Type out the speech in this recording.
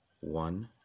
one